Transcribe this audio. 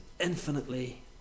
infinitely